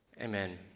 Amen